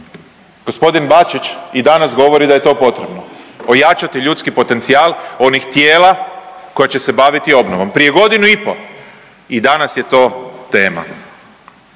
gospodin Bačić i danas govori da je to potrebno pojačati ljudski potencijal onih tijela koja će se baviti obnovom, prije godinu i po i danas je to tema.